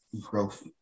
Growth